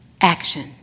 action